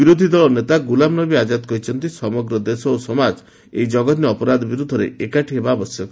ବିରୋଧୀ ଦଳ ନେତା ଗୁଲାମନବୀ ଆକ୍ରାଦ କହିଛନ୍ତି ସମଗ୍ର ଦେଶ ଓ ସମାଜ ଏହି ଜଘନ୍ୟ ଅପରାଧ ବିରୁଦ୍ଧରେ ଏକାଠି ହେବା ଆବଶ୍ୟକ